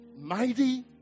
Mighty